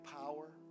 power